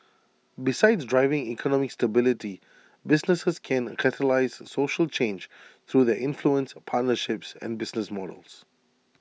besides driving economic stability businesses can catalyse social change through their influence partnerships and business models